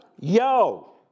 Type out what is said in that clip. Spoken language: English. Yo